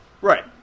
right